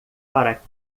para